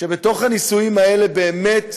כשבתוך הניסויים האלה באמת,